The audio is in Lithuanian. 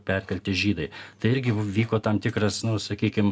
perkelti žydai tai irgi vyko tam tikras nu sakykim